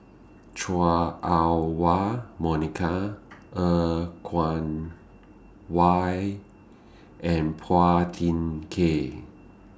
Chua Ah Huwa Monica Er Kwong Why and Phua Thin Kiay